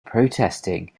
protesting